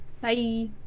Bye